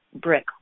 brick